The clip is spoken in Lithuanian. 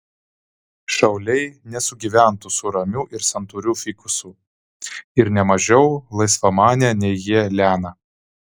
šauliai nesugyventų su ramiu ir santūriu fikusu ir ne mažiau laisvamane nei jie liana